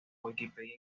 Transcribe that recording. wikipedia